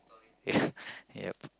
yeah yup